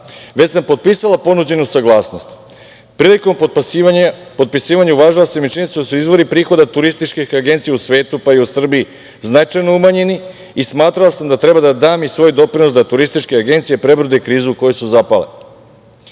već sam potpisala ponuđenu saglasnost. Prilikom potpisivanja uvažila sam i činjenicu da su izvori prihoda turističkih agencija u svetu pa tako i u Srbiji značajno umanjeni i smatrala sam da treba da dam i svoj doprinos da turističke agencije prebrode krizu u koju su zapale. Uvidom